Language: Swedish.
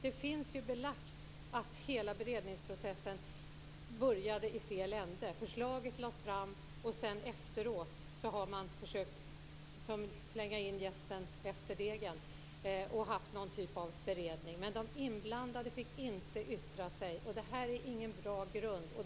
Det finns belagt att hela beredningsprocessen började i fel ände. Förslaget lades fram, därefter slängdes jästen in efter degen med en typ av beredning. De inblandade fick inte yttra sig. Det är ingen bra grund.